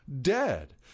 dead